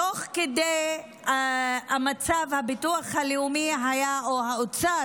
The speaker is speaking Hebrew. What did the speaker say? תוך כדי המצב הביטוח הלאומי או האוצר